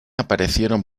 aparecieron